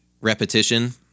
repetition